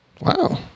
wow